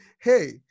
hey